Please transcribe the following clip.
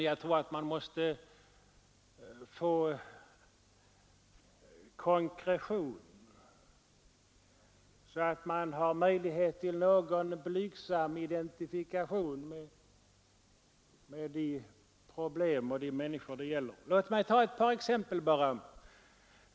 Jag tror att man måste få konkretion, så att man har möjlighet till någon blygsam identifikation med de problem och de människor det gäller. Låt mig ta ett par exempel bara.